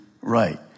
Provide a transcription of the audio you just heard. right